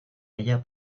ella